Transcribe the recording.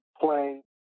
play